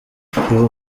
ibuka